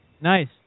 Nice